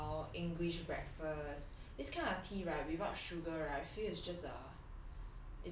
chamomile english breakfast this kind of tea right without sugar right I feel it's just a